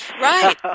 Right